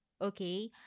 Okay